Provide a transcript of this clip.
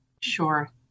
Sure